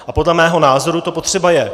A podle mého názoru to potřeba je.